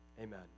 Amen